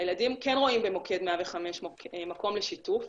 הילדים כן רואים במוקד 105 מקום לשיתוף,